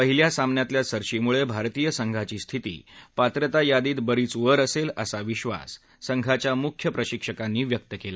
पहिल्या सामन्यातल्या सरशीमुळे भारतीय संघाची स्थिती पात्रता यादीत बरीच वर असेल असा विश्वास संघाच्या मुख्य प्रशिक्षकांनी व्यक्त केला